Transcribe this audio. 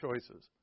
choices